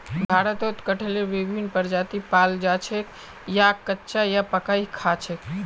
भारतत कटहलेर विभिन्न प्रजाति पाल जा छेक याक कच्चा या पकइ खा छेक